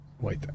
Wait